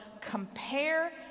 compare